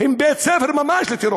הן ממש בית-ספר לטרור.